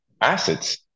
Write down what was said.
assets